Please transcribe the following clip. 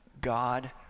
God